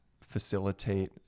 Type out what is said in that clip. facilitate